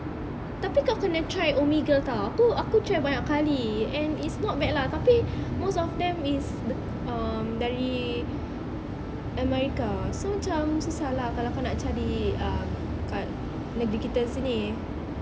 tapi kau kena try omegle [tau] aku pernah try banyak kali and it's not bad lah tapi most of them is um dari america so macam susah lah kalau kau nak cari um kat negeri kita sini